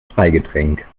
freigetränk